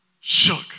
shook